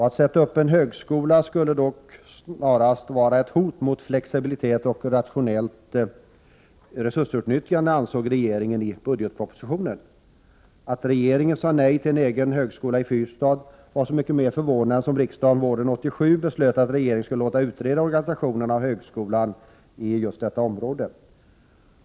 Att sätta upp en högskola skulle dock snarast vara ett hot mot flexibilitet och rationellt resursutnyttjande, ansåg regeringen i budgetpropositionen. Att regeringen sade nej till en egen högskola i Fyrstad var så mycket mer förvånande som riksdagen våren 1987 beslöt att regeringen skulle låta utreda organisationen av en högskola i just detta område.